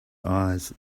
eyes